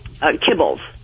kibbles